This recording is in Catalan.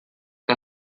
que